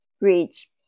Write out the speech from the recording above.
reach